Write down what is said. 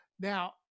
Now